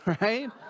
right